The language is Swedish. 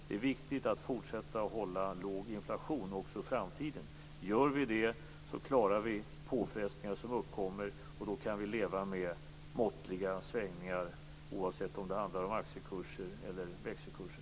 Det är viktigt att fortsätta att hålla inflationen låg också i framtiden. Gör vi det klarar vi påfrestningar som uppkommer, och då kan vi leva med måttliga svängningar oavsett om det handlar om aktiekurser eller växelkurser.